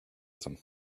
them